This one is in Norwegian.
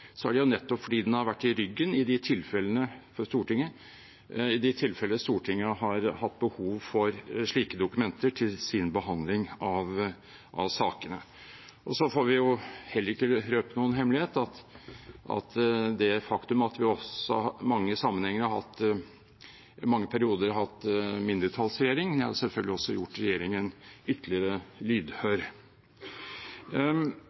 er det nettopp fordi den har vært i ryggen for Stortinget i de tilfeller Stortinget har hatt behov for slike dokumenter til sin behandling av sakene. Vi får heller ikke røpet noen hemmelighet med det faktum at vi også i mange perioder har hatt mindretallsregjering. Det har selvfølgelig gjort regjeringen ytterligere